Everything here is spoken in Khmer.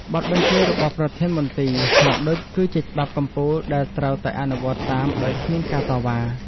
បទបញ្ជារបស់ប្រធានមន្ទីរ ហៅឌុច គឺជាច្បាប់កំពូលដែលត្រូវតែអនុវត្តតាមដោយគ្មានការតវ៉ា។